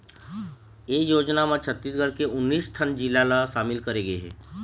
ए योजना म छत्तीसगढ़ के उन्नीस ठन जिला ल सामिल करे गे हे